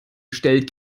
stellt